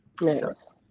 Nice